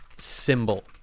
symbol